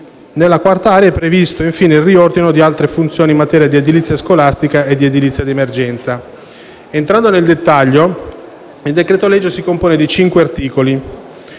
Nella quarta area è previsto, infine, il riordino di altre funzioni in materia di edilizia scolastica ed edilizia di emergenza. Entrando nel dettaglio, il decreto-legge si compone di cinque articoli.